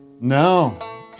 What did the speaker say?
No